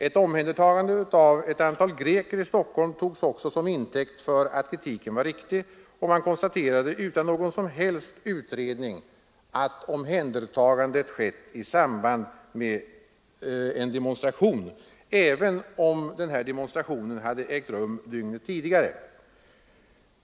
Ett omhändertagande av ett antal greker i Stockholm togs också som intäkt för att kritiken var riktig, och man konstaterade utan någon som helst utredning att omhändertagandet skett i samband med en demonstration — trots att den demonstrationen hade ägt rum dygnet tidigare.